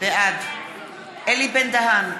בעד אלי בן-דהן,